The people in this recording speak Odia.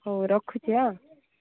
ହଉ ରଖୁଛି ଆଁ